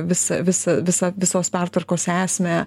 visa visa visa visos pertvarkos esmę